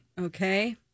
Okay